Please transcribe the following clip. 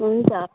हुन्छ